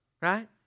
right